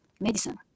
medicine